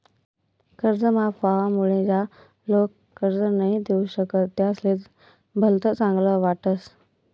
कर्ज माफ व्हवामुळे ज्या लोक कर्ज नई दिऊ शकतस त्यासले भलत चांगल वाटस